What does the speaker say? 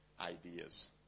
ideas